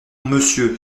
monsieur